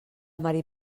mari